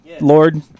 lord